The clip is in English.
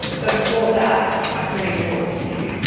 but before that, i couldn't even talk to you.